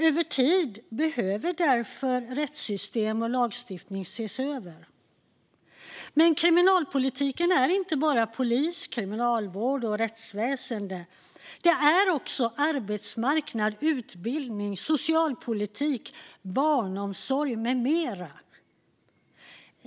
Över tid behöver rättssystem och lagstiftning därför ses över. Men kriminalpolitiken är inte bara polis, kriminalvård och rättsväsen. Det är också arbetsmarknad, utbildning, socialpolitik, barnomsorg med mera.